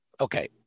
Okay